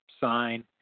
sign